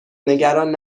نگران